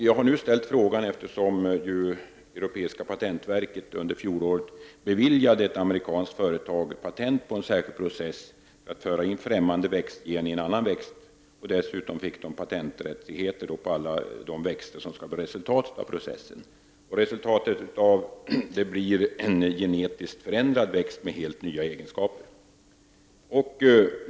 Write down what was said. Jag har nu ställt frågan, eftersom det europeiska patentverket under fjolåret beviljade ett amerikanskt företag ett patent på en särskild process att föra in främmande växtgen i en annan växt. Dessutom fick företaget patenträttigheter på alla de växter som skall bli resultatet av processen. Resultatet blir en genetiskt förändrad växt med helt nya egenskaper.